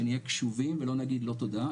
שנהיה קשובים ולא נגיד 'לא תודה',